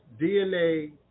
DNA